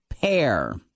pair